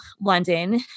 London